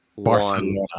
Barcelona